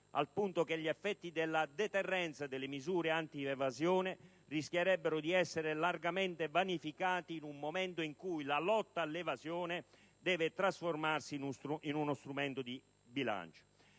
al punto che gli effetti della deterrenza delle misure antievasione rischierebbero di essere largamente vanificati in un momento in cui la lotta all'evasione deve trasformarsi in uno strumento di bilancio.